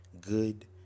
good